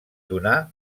donà